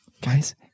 Guys